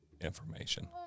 information